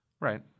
Right